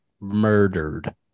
Murdered